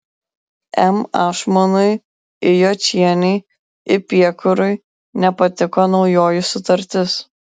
m ašmonui i jočienei i piekurui nepatiko naujoji sutartis